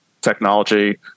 technology